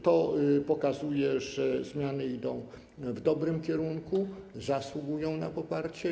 To pokazuje, że zmiany idą w dobrym kierunku i zasługują na poparcie.